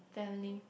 family